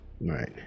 right